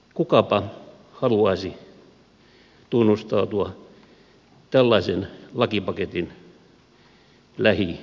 kukapa haluaisi tunnustautua tällaisen lakipaketin lähiomaiseksi